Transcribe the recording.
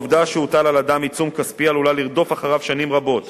העובדה שהוטל על אדם עיצום כספי עלולה לרדוף אחריו שנים רבות